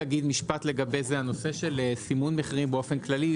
לגבי הנושא של סימון מחירים באופן כללי,